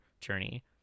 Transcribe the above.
journey